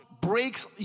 breaks